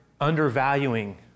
undervaluing